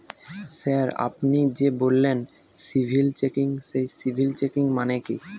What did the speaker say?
Sir আপনি যে বললেন সিবিল চেকিং সেই সিবিল চেকিং মানে কি?